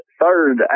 third